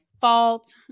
fault